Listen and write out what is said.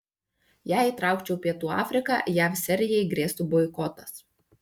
jei įtraukčiau pietų afriką jav serijai grėstų boikotas